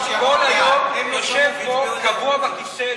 כל היום יושב פה קבוע בכיסא,